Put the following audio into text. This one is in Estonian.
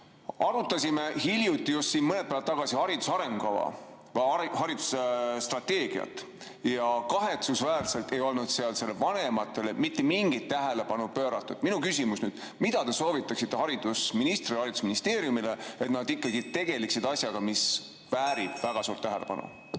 Arutasime hiljuti, just mõned päevad tagasi hariduse arengukava, haridusstrateegiat. Kahetsusväärselt ei olnud seal vanematele mitte mingit tähelepanu pööratud. Minu küsimus: mida te soovitaksite haridusministrile ja haridusministeeriumile, et nad ikkagi tegeleksid asjaga, mis väärib väga suurt tähelepanu?